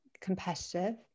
competitive